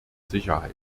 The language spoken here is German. sicherheit